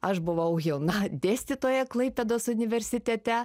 aš buvau jauna dėstytoja klaipėdos universitete